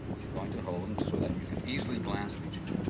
i'm going to hold him so that you can easily glance at each one